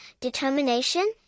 determination